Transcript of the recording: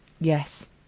yes